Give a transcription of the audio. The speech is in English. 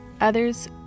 Others